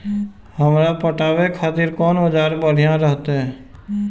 हमरा पटावे खातिर कोन औजार बढ़िया रहते?